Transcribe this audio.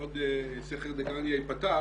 שסכר דגניה ייפתח